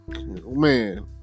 man